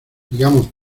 digamos